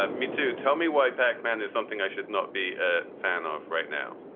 ah me too. tell me why pac man is something i should not be a fan of right now